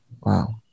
Wow